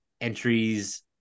entries